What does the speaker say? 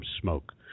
smoke